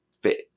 fit